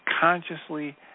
consciously